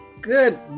Good